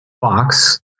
Fox